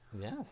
Yes